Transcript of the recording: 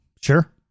sure